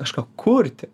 kažką kurti